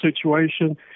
situation